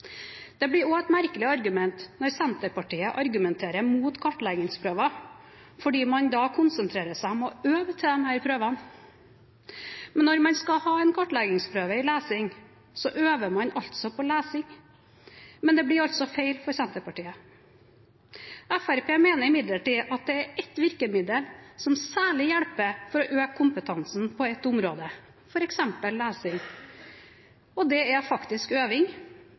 Det blir også et merkelig argument når Senterpartiet argumenterer mot kartleggingsprøver fordi man da konsentrerer seg om å øve til disse prøvene. Når man skal ha en kartleggingsprøve i lesing, øver man altså på lesing, men det blir feil for Senterpartiet. Fremskrittspartiet mener imidlertid at det er ett virkemiddel som særlig hjelper for å øke kompetansen på et område, f.eks. lesing, og det er øving.